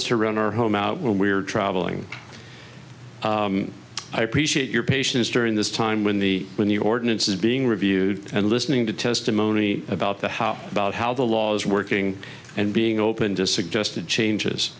is to run our home when we are travelling i appreciate your patience during this time when the when the ordinance is being reviewed and listening to testimony about the how about how the law is working and being open to suggested changes